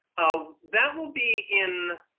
ah that will be in,